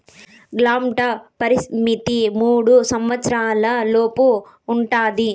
గ్రాంట్ల పరిమితి మూడు సంవచ్చరాల లోపు ఉంటది